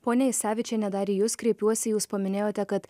ponia jasevičiene dar į jus kreipiuosi jūs paminėjote kad